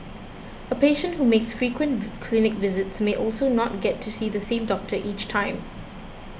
a patient who makes frequent clinic visits may also not get to see the same doctor each time